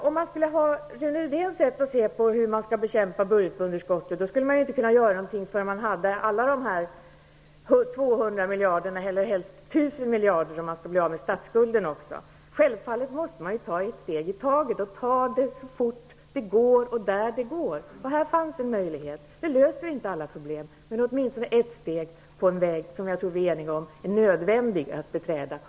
Om man hade Rune Rydéns sätt att se på hur man skall bekämpa budgetunderskottet skulle man inte kunna göra någonting förrän man hade alla dessa 200 miljarder, eller helst 1 000 miljarder, om man skall bli av med statsskulden också. Men självfallet måste man ta ett steg i taget, så fort det går och där det går. Här fanns en möjlighet. Det skulle inte inte lösa alla problem, men det skulle åtminstone vara ett steg på den väg som jag tror är nödvändig att beträda.